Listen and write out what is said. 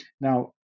Now